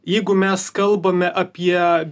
jeigu mes kalbame apie